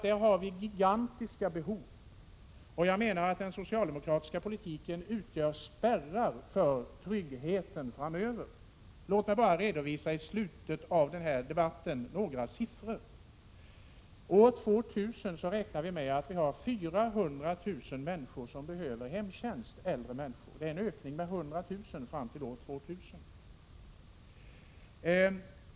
Där har vi gigantiska behov. Jag menar att den socialdemokratiska politiken utgör spärrar för tryggheten framöver. Låt mig bara i slutet av den här debatten redovisa några siffror. År 2000 räknar vi med att ha 400 000 äldre människor som behöver hemtjänst. Det är en ökning med 100 000 fram till år 2000.